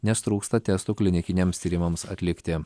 nes trūksta testų klinikiniams tyrimams atlikti